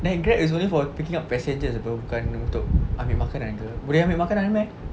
then Grab is only for picking up passengers apa bukan untuk ambil makanan ke boleh ambil makanan meh